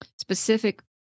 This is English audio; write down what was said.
specific